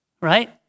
right